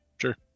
sure